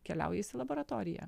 keliauja jis į laboratoriją